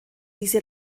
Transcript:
diese